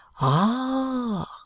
Ah